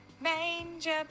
Manger